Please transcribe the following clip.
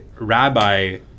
rabbi